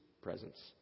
presence